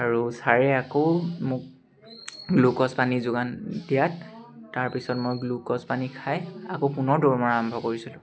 আৰু ছাৰে আকৌ মোক গ্লুক'জ পানী যোগান দিয়াত তাৰপিছত মই গ্লুক'জ পানী খাই আকৌ পুনৰ দৌৰ আৰম্ভ কৰিছিলোঁ